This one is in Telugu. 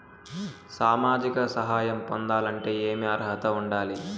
సామాజిక సహాయం పొందాలంటే ఏమి అర్హత ఉండాలి?